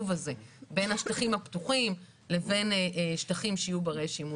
הזה בין השטחים הפתוחים לבין שטחים שיהיו ברי שימוש.